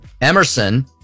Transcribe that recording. Emerson